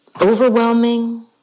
overwhelming